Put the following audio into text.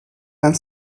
and